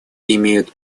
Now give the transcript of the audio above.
имеют